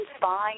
fine